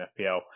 FPL